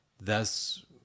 thus